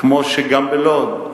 כמו שגם בלוד,